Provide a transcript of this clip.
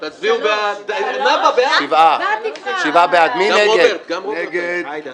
7 בעד, 5 נגד.